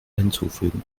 hinzufügen